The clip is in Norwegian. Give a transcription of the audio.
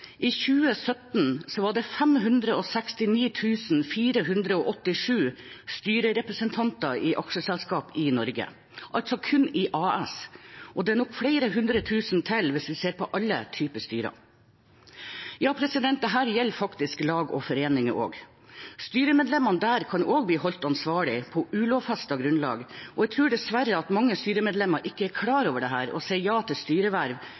I 2017 var det 569 487 styrerepresentanter i aksjeselskap i Norge, altså kun i AS, og det er nok flere hundre tusen til hvis vi ser på alle typer styrer. Dette gjelder faktisk også lag og foreninger, styremedlemmer der kan bli holdt ansvarlige, på ulovfestet grunnlag, og jeg tror dessverre mange styremedlemmer ikke er klar over dette og sier ja til styreverv